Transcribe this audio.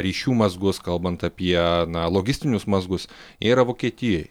ryšių mazgus kalbant apie na logistinius mazgus yra vokietijoj